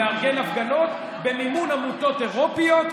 לארגן הפגנות במימון עמותות אירופיות,